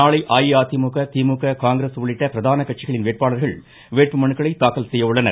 நாளை அஇஅதிமுக திமுக காங்கிரஸ் உள்ளிட்ட பிரதான கட்சிகளின் வேட்பாளர்கள் வேட்புமனுக்களை தாக்கல் செய்ய உள்ளனர்